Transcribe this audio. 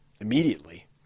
immediately